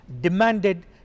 demanded